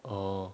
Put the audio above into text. orh